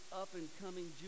up-and-coming